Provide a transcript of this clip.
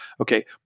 Okay